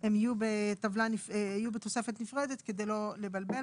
הם יהיו בתוספת נפרדת כדי לא לבלבל.